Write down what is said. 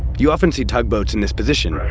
you often see tugboats in this position,